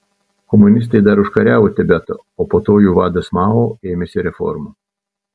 komunistai dar užkariavo tibetą o po to jų vadas mao ėmėsi reformų